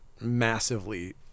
massively